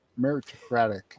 meritocratic